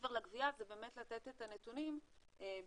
מעבר לגבייה זה באמת לתת את הנתונים בכל